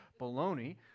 baloney